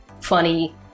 funny